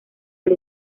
del